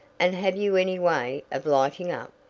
and have you any way of lighting up?